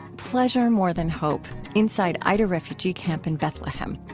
pleasure more than hope inside aida refugee camp in bethlehem.